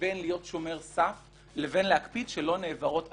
בין להיות שומר סף לבין להקפיד שלא נעברות עבירות.